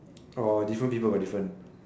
or different people got different